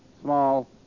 small